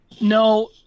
No